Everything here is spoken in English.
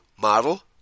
model